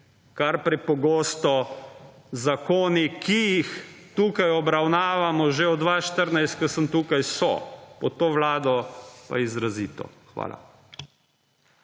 kar prepogosto zakoni, ki jih tukaj obravnavamo že od 2014, kar sem tukaj, so, pod to vlado pa izrazito. Hvala.